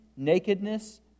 Nakedness